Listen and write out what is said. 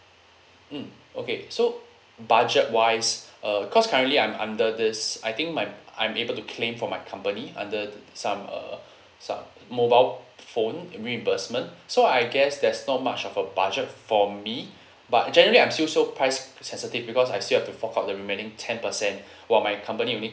mm okay so budget wise uh cause currently I'm under this I think my I'm able to claim from my company under the some uh some mobile phone reimbursement so I guess there's not much of a budget for me but generally I'm still so price sensitive because I still have to fork out the remaining ten percent while my company only